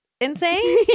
insane